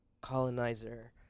colonizer